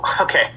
okay